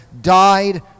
died